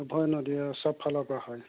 উভৈনদী আৰু সবফালৰ পৰা হয়